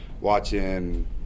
watching